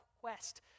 quest